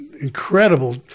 incredible